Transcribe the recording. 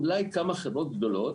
אולי כמה חברות גדולות